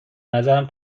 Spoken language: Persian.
نظرم